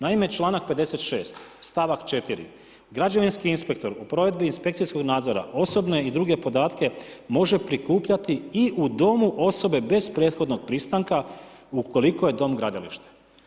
Naime, čl. 56. stavak 4. građevinski inspektor u provedbi inspekcijskog nadzora, osobne i druge podatke može prikupljati i u domu osobe bez prethodnog pristanka ukoliko je dom gradilište.